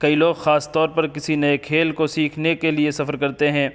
کئی لوگ خاص طور پر کسی نئے کھیل کو سیکھنے کے لیے سفر کرتے ہیں